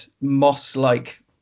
moss-like